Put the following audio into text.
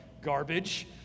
garbage